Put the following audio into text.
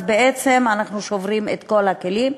אז בעצם אנחנו שוברים את כל הכלים,